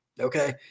Okay